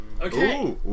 Okay